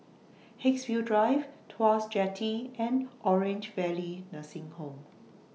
Haigsville Drive Tuas Jetty and Orange Valley Nursing Home